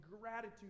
gratitude